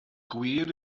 gwir